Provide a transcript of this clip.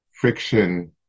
friction